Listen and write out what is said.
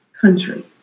country